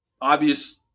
obvious